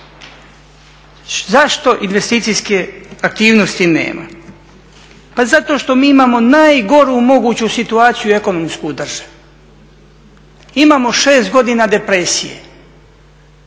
zašto investicijske aktivnosti nema? Pa zato što mi imamo najgoru moguću situaciju ekonomsku u državi. Imamo 6 godina depresije,